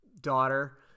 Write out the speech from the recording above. daughter